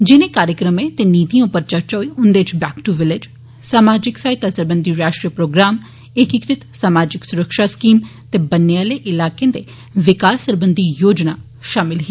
जिनें कार्यक्रम ते नीतिए उप्पर चर्चा होई उन्दे इच 'बैक दू विलेज' समाजिक सहायता सरबंधी राष्ट्रीय प्रोग्राम एकिकृत समाजिक सुरक्षा स्कीम ते ब'न्ने आले इलाकें दे विकास सरबंधी योजना शामल ही